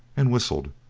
and whistled.